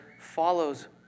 follows